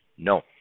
No